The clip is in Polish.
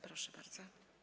Proszę bardzo.